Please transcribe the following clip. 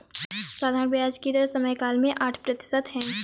साधारण ब्याज की दर समयकाल में आठ प्रतिशत है